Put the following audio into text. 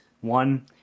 one